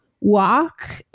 walk